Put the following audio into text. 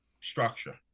structure